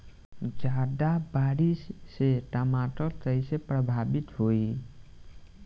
ज्यादा बारिस से टमाटर कइसे प्रभावित होयी?